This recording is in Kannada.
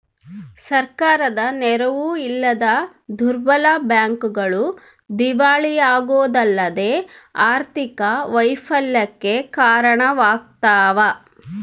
ಸರ್ಕಾರದ ನೆರವು ಇಲ್ಲದ ದುರ್ಬಲ ಬ್ಯಾಂಕ್ಗಳು ದಿವಾಳಿಯಾಗೋದಲ್ಲದೆ ಆರ್ಥಿಕ ವೈಫಲ್ಯಕ್ಕೆ ಕಾರಣವಾಗ್ತವ